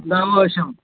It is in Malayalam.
എന്താവശ്യം